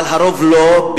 אבל הרוב לא,